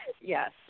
yes